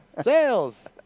Sales